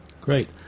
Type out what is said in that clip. Great